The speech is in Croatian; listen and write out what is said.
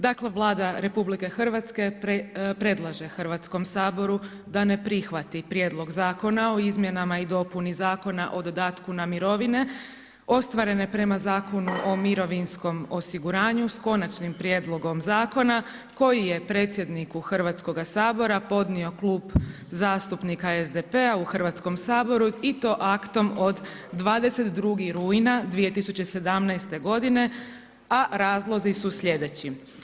Dakle, Vlada RH predlaže Hrvatskom saboru da ne prihvati Prijedlog zakona o izmjenama i dopuni zakona o dodatku na mirovine ostvarene prema Zakonu o mirovinskom osiguranju s konačnim prijedlogom zakona koji je predsjedniku Hrvatskog sabora podnio Klub zastupnika SDP-a u Hrvatskom saboru i to aktom od 22. rujna 2017. godine a razlozi su slijedeći.